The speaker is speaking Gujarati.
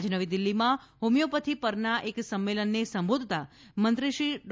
આજે નવી દિલ્ફીમાં હોમિયોપેથી પરના એક સંમેલનને સંબોધતાં મંત્રી ડો